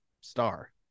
star